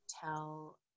tell